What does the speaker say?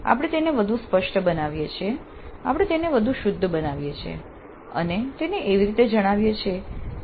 આપણે તેને વધુ સ્પષ્ટ બનાવીએ છીએ આપણે તેને વધુ શુદ્ધ બનાવીએ છીએ અને તેને એવી રીતે જણાવીએ છીએ જેનો આપણે આગળ ઉપયોગ કરી શકીએ